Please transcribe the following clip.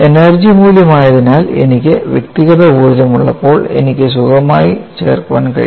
energy മൂല്യം ആയതിനാൽ എനിക്ക് വ്യക്തിഗത ഊർജ്ജം ഉള്ളപ്പോൾ സുഖമായി ചേർക്കാൻ കഴിയും